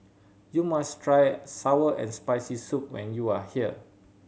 you must try sour and Spicy Soup when you are here